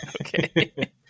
Okay